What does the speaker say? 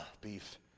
Beef